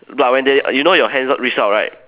but when they you know your hands reach out right